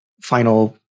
final